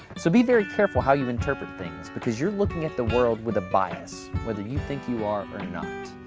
so be very careful how you interpret things because you're looking at the world with a bias whether you think you are or not.